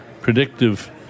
predictive